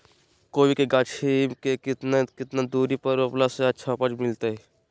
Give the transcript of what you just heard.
कोबी के गाछी के कितना कितना दूरी पर रोपला से अच्छा उपज मिलतैय?